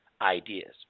ideas